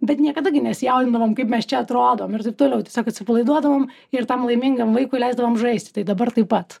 bet niekada gi nesijaudindavom kaip mes čia atrodom ir taip toliau tiesiog atsipalaiduodavom ir tam laimingam vaikui leisdavom žaisti tai dabar taip pat